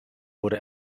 wurde